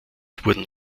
wurden